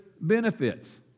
benefits